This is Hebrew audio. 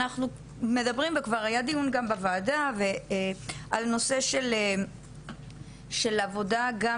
אנחנו מדברים וכבר היה דיון גם בוועדה על נושא של עבודה גם